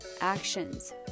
actions